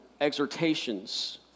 exhortations